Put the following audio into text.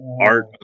art